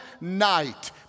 night